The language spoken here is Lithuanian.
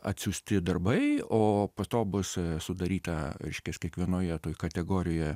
atsiųsti darbai o po to bus sudaryta reiškias kiekvienoje toj kategorijoje